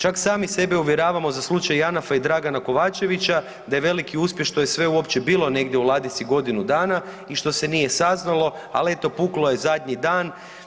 Čak sami sebe uvjeravamo za slučaj Janafa i Dragana Kovačevića da je veliki uspjeh što je sve uopće bilo negdje u ladici godinu dana i što se nije saznalo, ali eto, puklo je zadnji dan.